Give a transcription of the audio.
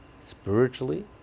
Spiritually